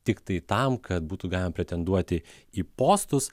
tiktai tam kad būtų galima pretenduoti į postus